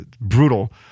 brutal